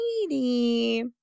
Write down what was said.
Lady